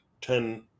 ten